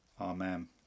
Amen